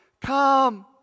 Come